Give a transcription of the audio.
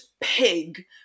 pig